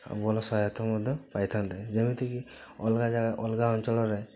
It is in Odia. ଆଉ ଭଲ ସାହାୟତ ମଧ୍ୟ ପାଇ ଥାନ୍ତେ ଯେମିତିକି ଅଲଗା ଜାଗା ଅଲଗା ଅଞ୍ଚଳରେ